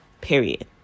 period